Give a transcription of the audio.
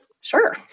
Sure